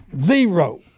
zero